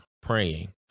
praying